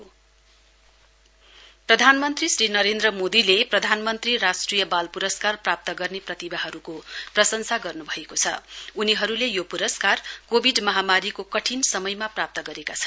PM बाल पुरस्कार प्रधानमन्त्री श्री नरेन्द्र मोदीले प्रधानमन्त्री राष्ट्रिय बाल प्रस्कार प्राप्त गर्ने प्रतिभाहरूको प्रशंसा गर्नभएको छ उनीहरूले यो पुरस्कार कोविड महामारीको कठिन समयमा प्राप्त गरेका छन्